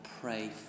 pray